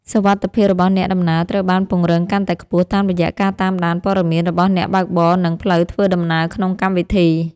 សុវត្ថិភាពរបស់អ្នកដំណើរត្រូវបានពង្រឹងកាន់តែខ្ពស់តាមរយៈការតាមដានព័ត៌មានរបស់អ្នកបើកបរនិងផ្លូវធ្វើដំណើរក្នុងកម្មវិធី។